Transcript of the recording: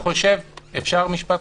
אפשר משפט אחרון?